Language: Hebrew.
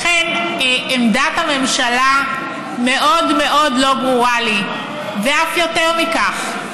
עמדת הממשלה מאוד מאוד לא ברורה לי, ואף יותר מכך,